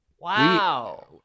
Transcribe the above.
wow